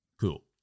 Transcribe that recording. cool